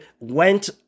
went